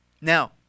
Now